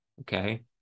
okay